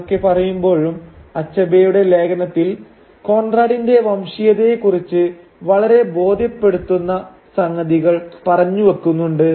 ഇതൊക്കെ പറയുമ്പോഴും അച്ഛബേയുടെ ലേഖനത്തിൽ കോൺറാടിന്റെ വംശീയതയെ കുറിച്ച് വളരെ ബോധ്യപ്പെടുത്തുന്ന സംഗതികൾ പറഞ്ഞു വെക്കുന്നുണ്ട്